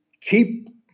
keep